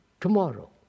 tomorrow